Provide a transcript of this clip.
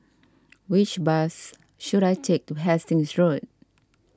which bus should I take to Hastings Road